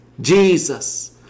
Jesus